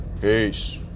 Peace